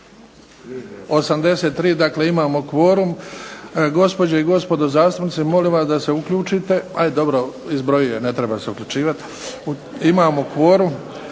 83, dakle imamo kvorum. Gospođe i gospodo zastupnici, molim vas da se uključite. Ajd dobro, izbrojio je, ne treba se uključivat. Imamo kvorum